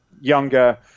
younger